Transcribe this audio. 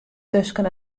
tusken